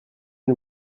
une